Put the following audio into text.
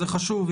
זה חשוב.